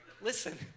listen